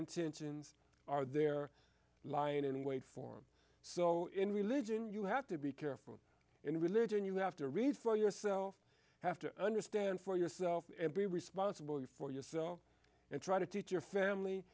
intentions are they're lying in wait form so in religion you have to be careful in religion you have to read for yourself have to understand for yourself and be responsible for yourself and try to teach your family